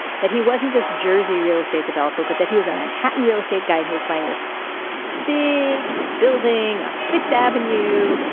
that he wasn't this jersey real estate developer, but that he was in manhattan, real estate guy who was buying this big building on fifth avenue.